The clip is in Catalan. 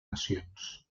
nacions